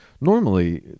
Normally